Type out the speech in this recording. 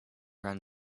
run